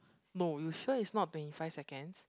no you sure is not twenty five seconds